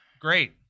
great